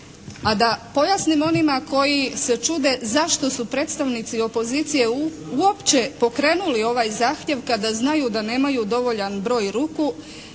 A da pojasnim onima koji se čude zašto su predstavnici opozicije uopće pokrenuli ovaj zahtjev kada znaju da nemaju dovoljan broj ruku.